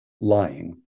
lying